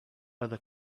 other